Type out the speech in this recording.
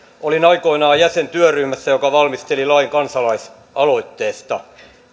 olin aikoinaan jäsen työryhmässä joka valmisteli lain kansalaisaloitteesta